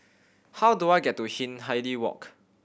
how do I get to Hindhede Walk